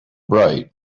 bright